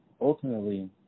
Ultimately